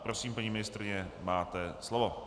Prosím, paní ministryně, máte slovo.